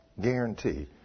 guarantee